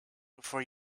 before